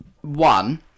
one